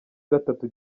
gatatu